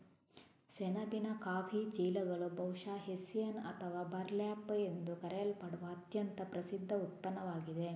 ಸೆಣಬಿನ ಕಾಫಿ ಚೀಲಗಳು ಬಹುಶಃ ಹೆಸ್ಸಿಯನ್ ಅಥವಾ ಬರ್ಲ್ಯಾಪ್ ಎಂದು ಕರೆಯಲ್ಪಡುವ ಅತ್ಯಂತ ಪ್ರಸಿದ್ಧ ಉತ್ಪನ್ನವಾಗಿದೆ